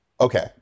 Okay